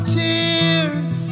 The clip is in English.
tears